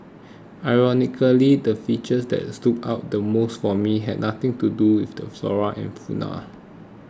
ironically the features that stood out the most for me had nothing to do with the flora and fauna